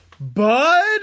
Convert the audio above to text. bud